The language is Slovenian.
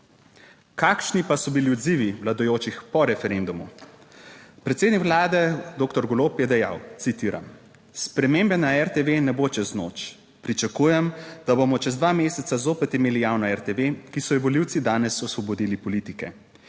Kakšni pa so bili odzivi vladajočih po referendumu? Predsednik Vlade doktor Golob je dejal (citiram): "Spremembe na RTV ne bo čez noč. Pričakujem, da bomo čez dva meseca zopet imeli javno RTV, ki so jo volivci danes osvobodili politike,